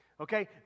Okay